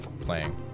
playing